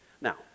Now